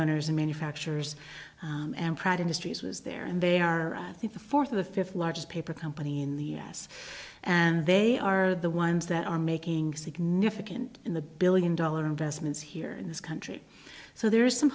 owners and manufacturers and pratt industries was there and they are the fourth or fifth largest paper company in the us and they are the ones that are making significant in the billion dollar investments here in this country so there is some